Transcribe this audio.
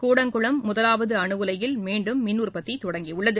கூடங்குளம் முதலாவது அணுஉலையில் மீண்டும் மின்உற்பத்தி தொடங்கியுள்ளது